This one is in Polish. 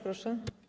Proszę.